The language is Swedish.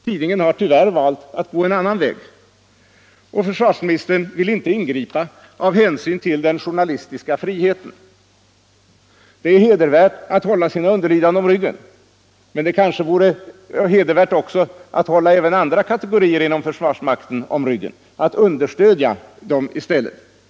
Tidningen har tyvärr valt att gå en annan väg, och försvarsministern vill inte ingripa av hänsyn till den journalistiska friheten. Det är hedervärt att hålla sina underlydande om ryggen, men det kanske också vore hedervärt att hålla även andra kategorier inom försvarsmakten om ryggen —- att understödja dem i stället för motsatsen.